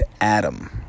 Adam